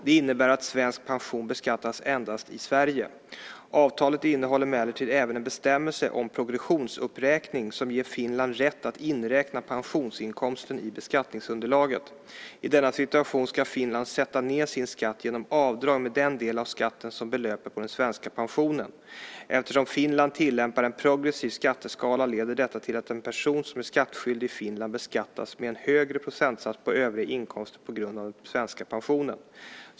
Det innebär att svensk pension beskattas endast i Sverige. Avtalet innehåller emellertid även en bestämmelse om progressionsuppräkning som ger Finland rätt att inräkna pensionsinkomsten i beskattningsunderlaget. I denna situation ska Finland sätta ned sin skatt genom avdrag med den del av skatten som belöper på den svenska pensionen. Eftersom Finland tillämpar en progressiv skatteskala leder detta till att en person som är skattskyldig i Finland beskattas med en högre procentsats på övriga inkomster på grund av den svenska pensionen.